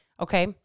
Okay